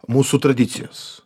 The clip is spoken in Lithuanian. mūsų tradicijas